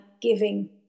giving